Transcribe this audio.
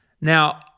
Now